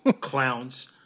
clowns